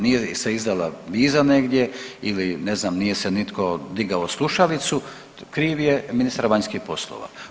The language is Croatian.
Nije se izdala viza negdje ili ne znam, nije se nitko digao slušalicu, kriv je ministar vanjskih poslova.